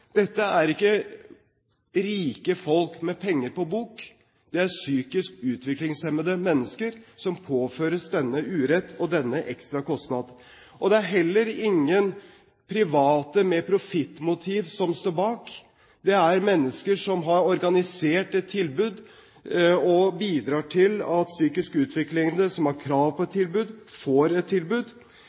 Dette er ikke rike folk med penger på bok. Det er psykisk utviklingshemmede mennesker som påføres denne urett og denne ekstra kostnad. Det er heller ingen private med profittmotiv som står bak. Det er mennesker som har organisert et tilbud, og bidrar til at psykisk utviklingshemmede, som har krav på et tilbud, får et tilbud.